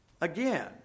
Again